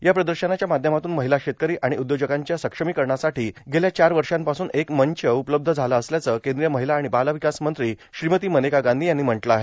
या प्रदशनाच्या माध्यमातून र्माहला शेतकरां आर्ाण उदयोजकांच्या सबलोकरणासाठी गेल्या चार वषापासून एक मंच उपलब्ध झाला असल्याचे कद्रीय र्माहला आाण बाल र्वकास मंत्री श्रीमती मनेका गांधी यांनी म्हटल आहे